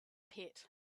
pit